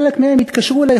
חלק מהם התקשרו אלי,